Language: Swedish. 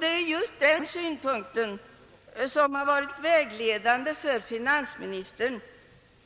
Det är just den synpunkten som har varit vägledande för finansministern